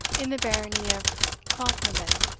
in the barony of clochnaben.